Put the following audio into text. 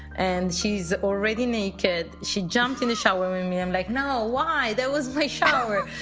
and she's already naked. she jumped in the shower with me. i'm like, no, why? that was my shower.